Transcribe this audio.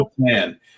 plan